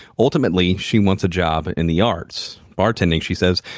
ultimately, she wants a job in the arts. bar-tending, she said,